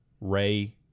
Ray